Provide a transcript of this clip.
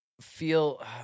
feel